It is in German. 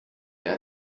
der